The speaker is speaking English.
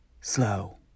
slow